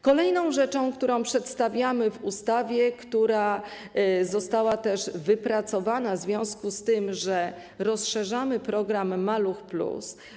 Kolejna rzecz, którą przedstawiamy w ustawie, została wypracowana w związku z tym, że rozszerzamy program „Maluch+”